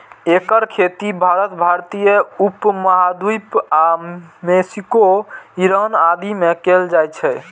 एकर खेती भारत, भारतीय उप महाद्वीप आ मैक्सिको, ईरान आदि मे कैल जाइ छै